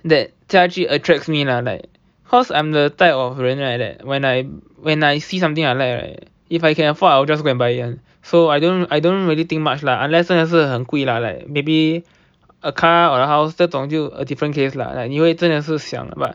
that 家具 attracts me lah like cause I'm the type of 人 right that when I when I see something I like right if I can afford I will just go and buy it [one] so I don't I don't really think much lah unless 真的是很贵 lah like maybe a car or house 这种就 a different case lah like 你会真的想 but